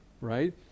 right